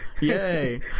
yay